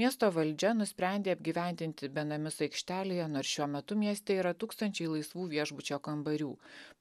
miesto valdžia nusprendė apgyvendinti benamius aikštelėje nors šiuo metu mieste yra tūkstančiai laisvų viešbučio kambarių